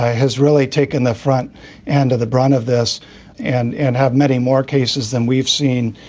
has really taken the front and of the brunt of this and and have many more cases than we've seen.